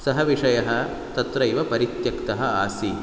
सः विषयः तत्रैव परित्यक्तः आसीत्